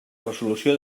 resolució